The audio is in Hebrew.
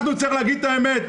צריך להגיד את האמת,